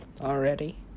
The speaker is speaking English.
already